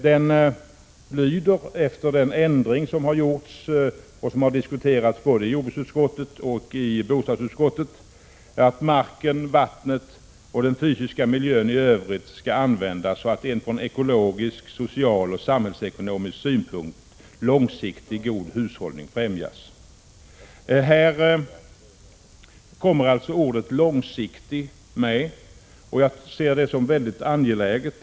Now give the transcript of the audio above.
Den lyder efter den ändring som har gjorts och som har diskuterats i både jordbruksutskottet och bostadsutskottet så här: ”Marken, vattnet och den fysiska miljön i övrigt skall användas så att en från ekologisk, social och samhällsekonomisk synpunkt långsiktigt god hushållning främjas.” Här kommer alltså ordet långsiktigt med, och det är angeläget.